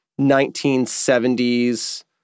1970s